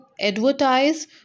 advertise